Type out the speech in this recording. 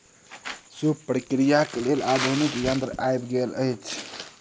सूप प्रक्रियाक लेल आधुनिक यंत्र आबि गेल अछि